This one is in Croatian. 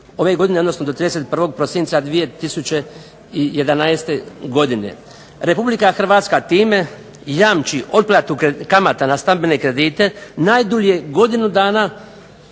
ove godine odnosno do 31. prosinca 2011. godine. Republika Hrvatska time jamči otplatu kamata na stambene kredite najdulje godinu dana